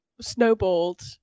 snowballed